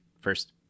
first